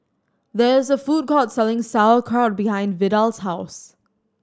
there is a food court selling Sauerkraut behind Vidal's house